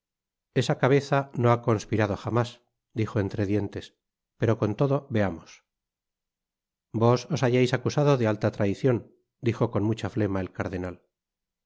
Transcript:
esa cabeza no ha conspirado jamás dijo entre dientes pero con todo veamos vos os hallais acusado de alta traicion dijo con mucha flema el cardenal